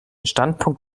standpunkt